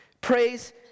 Praise